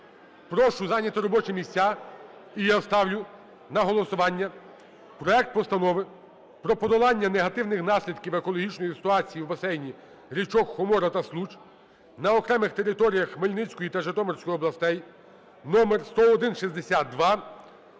прошу зайняти робочі місця. І я ставлю на голосування проект Постанови про подолання негативних наслідків екологічної ситуації в басейні річок Хомора та Случ на окремих територіях Хмельницької та Житомирської областей (№ 10162),